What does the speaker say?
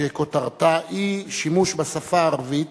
שכותרתה: אי-שימוש בשפה הערבית